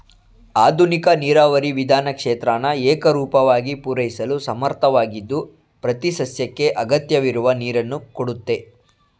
ಆಧುನಿಕ ನೀರಾವರಿ ವಿಧಾನ ಕ್ಷೇತ್ರನ ಏಕರೂಪವಾಗಿ ಪೂರೈಸಲು ಸಮರ್ಥವಾಗಿದ್ದು ಪ್ರತಿಸಸ್ಯಕ್ಕೆ ಅಗತ್ಯವಿರುವ ನೀರನ್ನು ಕೊಡುತ್ತೆ